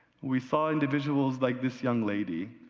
we saw in the visuals like this young lady,